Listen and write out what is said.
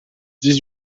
dix